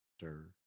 sir